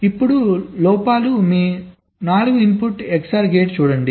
ఇప్పుడు లోపాలు మీ 4 ఇన్పుట్ XOR గేట్ చూడండి